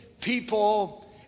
people